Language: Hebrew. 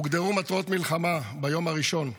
הוגדרו מטרות מלחמה ביום הראשון.